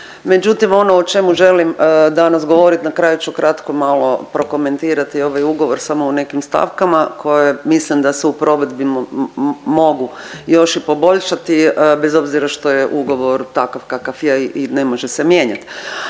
međutim ono o čemu želim danas govorit na kraju ću kratko malo prokomentirati ovaj ugovor samo u nekim stavkama koje mislim da se u provedbi mogu još i poboljšati bez obzira što je ugovor takav kakav je i ne može se mijenjat.